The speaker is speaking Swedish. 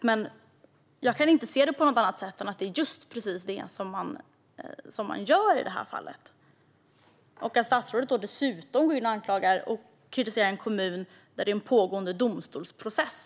Men jag kan inte se detta på något annat sätt än att det är just det som man gör i detta fall. Statsrådet går dessutom in och anklagar och kritiserar en kommun där det pågår en domstolsprocess.